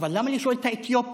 אבל למה לשאול את האתיופים,